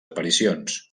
aparicions